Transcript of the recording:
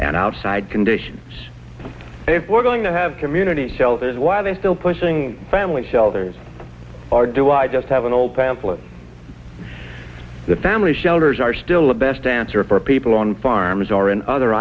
and outside conditions if we're going to have community itself is why they're still pushing family shelters or do i just have an old pamphlet the family shelters are still the best answer for people on farms or in other